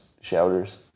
shouters